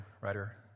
writer